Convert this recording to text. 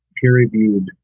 peer-reviewed